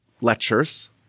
lectures